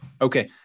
Okay